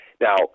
Now